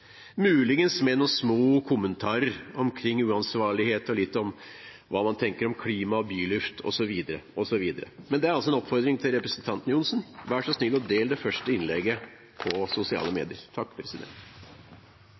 muligens med noen små kommentarer om uansvarlighet og litt om hva man tenker om klima, byluft osv. Men det er altså en oppfordring til representanten Johnsen om å dele det første innlegget på sosiale